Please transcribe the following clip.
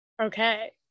Okay